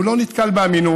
הוא לא מתקבל כאמין,